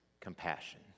compassion